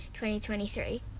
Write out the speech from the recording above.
2023